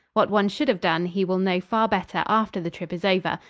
what one should have done he will know far better after the trip is over,